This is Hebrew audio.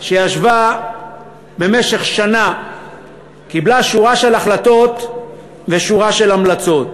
שישבה במשך שנה קיבלה שורה של החלטות ושורה של המלצות.